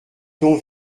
ton